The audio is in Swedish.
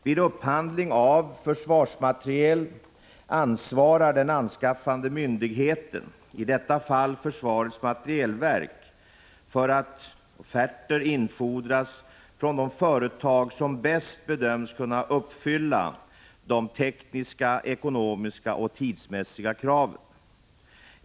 Vid upphandling av försvarsmateriel ansvarar den anskaffande myndigheten — i detta fall försvarets materielverk — för att offerter infordras från de företag som bäst bedöms kunna uppfylla de tekniska, ekonomiska och tidsmässiga kraven.